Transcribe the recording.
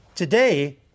Today